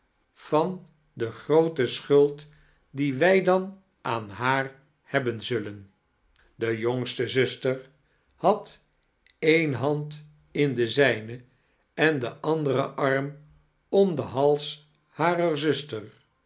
van de groote sohuld die wij dan aan haar hebben sullen de jongste zuster had eene hand in de zijn en den anderem arm orn den hals harer zuster